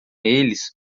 eles